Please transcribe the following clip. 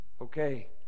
Okay